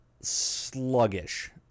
sluggish